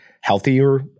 healthier